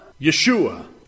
Yeshua